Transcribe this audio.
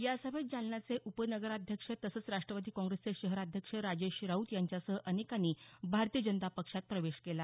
या सभेत जालन्याचे उपनगराध्यक्ष तसंच राष्ट्रवादी काँग्रेसचे शहराध्यक्ष राजेश राऊत यांच्यासह अनेकांनी भारतीय जनता पक्षात प्रवेश केला